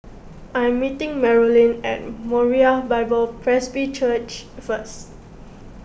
I am meeting Marolyn at Moriah Bible Presby Church first